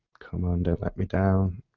come on don't let me down.